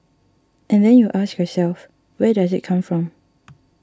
and then you ask yourself where does it come from